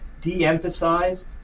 de-emphasize